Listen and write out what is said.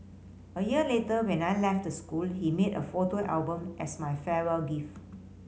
a year later when I left the school he made a photo album as my farewell gift